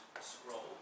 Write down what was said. scroll